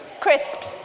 crisps